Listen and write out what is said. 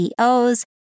CEOs